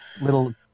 little